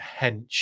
hench